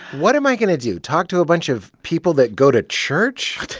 what am i going to do talk to a bunch of people that go to church?